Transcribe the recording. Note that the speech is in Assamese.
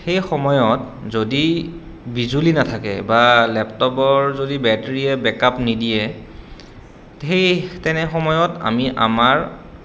সেই সময়ত যদি বিজুলী নাথাকে বা লেপটপৰ যদি বেটেৰীয়ে বেকআপ নিদিয়ে সেই তেনে সময়ত আমি আমাৰ